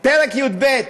פרק י"ב: